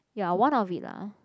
ya one of it lah